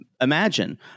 imagine